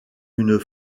une